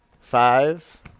Five